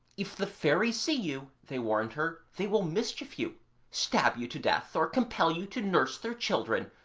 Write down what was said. if the fairies see you they warned her, they will mischief you stab you to death, or compel you to nurse their children,